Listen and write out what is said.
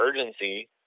urgency